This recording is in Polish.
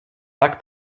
tak